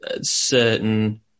certain